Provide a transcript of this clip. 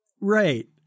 Right